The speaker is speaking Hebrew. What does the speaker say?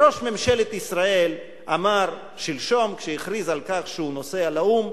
וראש ממשלת ישראל אמר שלשום כשהכריז על כך שהוא נוסע לאו"ם: